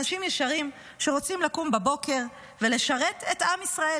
אנשים ישרים שרוצים לקום בבוקר ולשרת את עם ישראל,